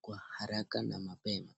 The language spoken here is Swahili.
kwa haraka na mapema.